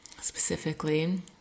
specifically